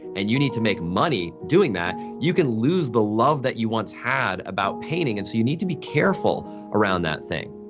and you need to make money doing that, that, you can lose the love that you once had about painting and so you need to be careful around that thing.